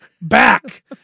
back